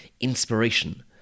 inspiration